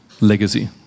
legacy